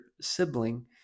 sibling